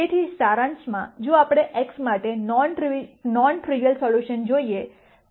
તેથી સારાંશમાં જો આપણે x માટે નોન ટ્રીવીઆલ સોલ્યુશન જોઈએ